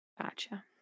gotcha